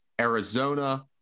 Arizona